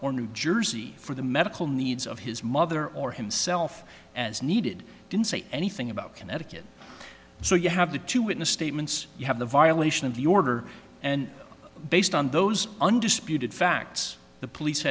or new jersey for the medical needs of his mother or himself as needed didn't say anything about connecticut so you have the two witness statements you have the violation of the order and based on those undisputed facts the police